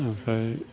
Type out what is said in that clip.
ओमफ्राइ